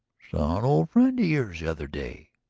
saw an old friend of yours the other day.